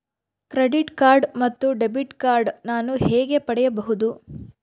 Credit card ಮತ್ತು debit card ನಾನು ಹೇಗೆ ಪಡೆಯಬಹುದು?